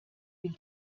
will